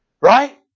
right